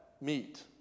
meet